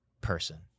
person